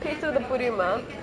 பேசுறது புரியுமா:pesurathu puriyumaa